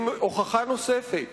זו הוכחה נוספת